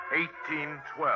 1812